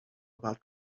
about